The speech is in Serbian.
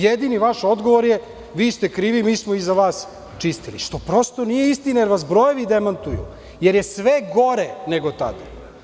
Jedini vaš odgovor je – vi ste krivi, mi smo iza vas čistili, što prosto nije istina jer vas brojevi demantuju, jer je sve gore nego tada.